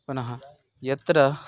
पुनः यत्र